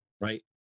Right